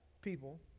people